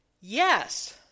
Yes